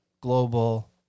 global